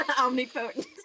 Omnipotent